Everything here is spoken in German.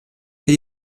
für